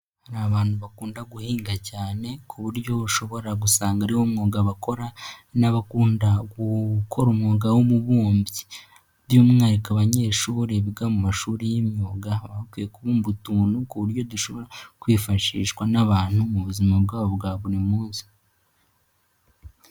Hari abantu bakunda guhinga cyane ku buryo ushobora gusanga ariwo mwuga bakora n'abakunda gukora umwuga w'ububumbyi by'umwihariko abanyeshuri biga mu mashuri y'imyuga bakwiye kubumba utuntu dushobora kwifashishwa n'abantu mu buzima bwabo bwa buri munsi.